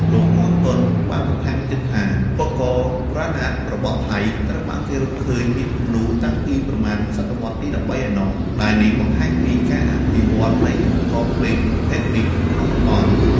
លោក ម័រតុន បានបន្ថែមទៀតថា ឧបករណ៍រ៉ាណាតរបស់ថៃ ត្រូវបានគេរកឃើញមានគំនូរតាំងពីប្រមាណសតវត្សរ៍ទី១៣ ឯណោះ ដែលនេះបង្ហាញពីការវិវឌ្ឍនៃឧបករណ៍ភ្លេងប្រភេទនេះនៅក្នុងតំបន់។